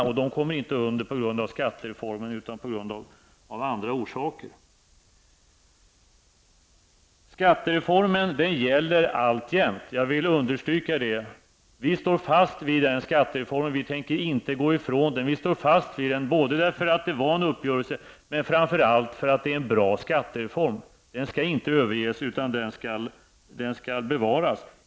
Och dessa personer hamnar inte under normen på grund av skattereformen, utan de hamnar under denna norm av andra orsaker. Skattereformen gäller alltjämt. Jag vill understryka detta. Vi står fast vid den och tänker inte gå ifrån den både därför att det var en uppgörelse och framför allt därför att det är en bra skattereform. Den skall inte överges, utan den skall bevaras.